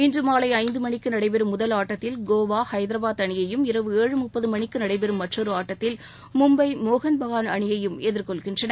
இன்று மாலை ஐந்து மணிக்கு நடைபெறும் முதல் ஆட்டத்தில் கோவா ஐதரபாத் அணியையும் இரவு ஏழு முப்பது மணிக்கு நடைபெறும் மற்றொரு ஆட்டத்தில் மும்பை மோகன் பகான் அணியையும் எதிர்கொள்கின்றன